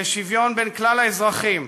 לשוויון בין כלל האזרחים,